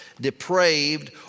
depraved